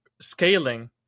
scaling